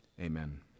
Amen